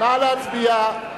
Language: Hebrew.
נא להצביע.